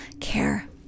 care